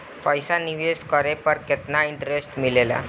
पईसा निवेश करे पर केतना इंटरेस्ट मिलेला?